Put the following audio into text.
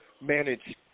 manage